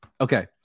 Okay